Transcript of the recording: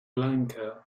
lanka